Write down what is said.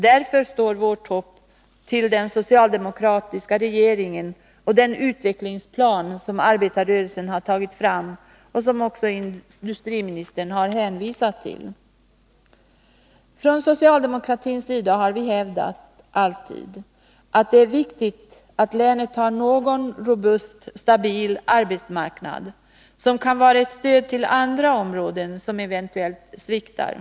Därför står vårt hopp till den socialdemokratiska regeringen och den utvecklingsplan som arbetarrörelsen har tagit fram och som även industriministern har hänvisat till. Från socialdemokratins sida har vi alltid hävdat att det är viktigt att länet har någon robust, stabil arbetsmarknad som kan vara ett stöd för andra områden som eventuellt sviktar.